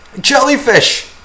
Jellyfish